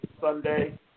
Sunday